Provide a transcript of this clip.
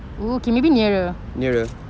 nearer